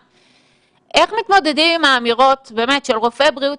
איך מתמודדים עם האמירות של רופאי בריאות